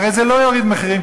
הרי זה לא יוריד מחירים,